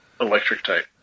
Electric-type